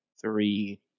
three